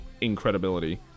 incredibility